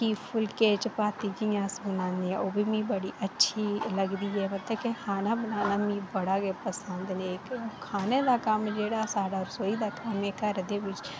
भी फुल्के चपाती जि'यां अस बनाने आं ओह् बी बड़ी अच्छी लगदी ऐ मतलब कि खाना बनाना मि बड़ा गै पसंद ऐ खाने दा कम्म जेह्ड़ा साढ़ा रसोई दा कम्म घर दे कम्म